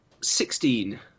Sixteen